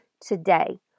today